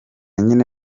nyine